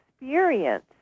experience